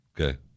Okay